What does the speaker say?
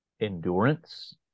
endurance